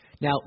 Now